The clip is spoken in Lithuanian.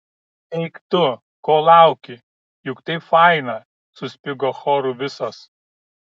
eik tu ko lauki juk taip faina suspigo choru visos